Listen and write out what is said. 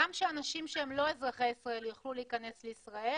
גם שאנשים שהם לא אזרחי ישראל יוכלו להיכנס לישראל